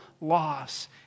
loss